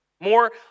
more